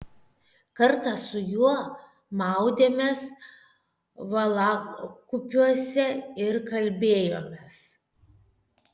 kartą su juo maudėmės valakupiuose ir kalbėjomės